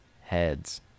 Heads